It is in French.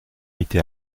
été